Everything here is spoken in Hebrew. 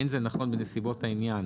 אין זה נכון בנסיבות העניין